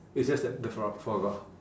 it's just that the foie foie gras